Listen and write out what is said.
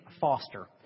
Foster